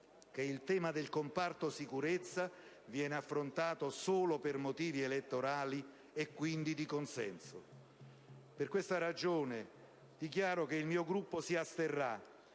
che il tema del comparto Sicurezza viene affrontato solo per motivi elettorali e - quindi - di consenso. Per questa ragione, dichiaro che il mio Gruppo si asterrà.